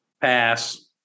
Pass